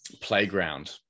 playground